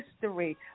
history